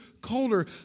colder